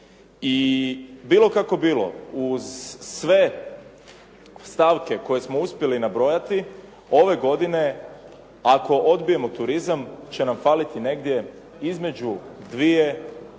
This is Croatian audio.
I bilo kako bilo uz sve stavke koje smo uspjeli nabrojati ove godine ako odbijemo turizam će nam faliti negdje između 2 nažalost